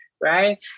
right